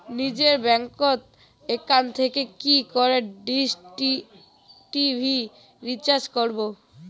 নিজের bank account থেকে কি করে ডিশ টি.ভি রিচার্জ করবো?